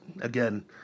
again